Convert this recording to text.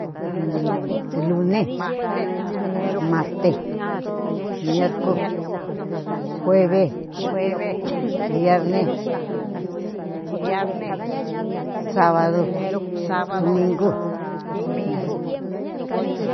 Uɧ lune, marte, mierku, jueve, viarne, savadu, dumingu.